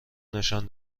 نشان